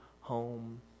home